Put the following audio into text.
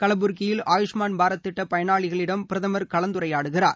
கலபராகியில் ஆயுஷ்மான் பாரத் திட்டப்பயனாளிகளிடம் பிரதமர் கலந்துரையாடுகிறார்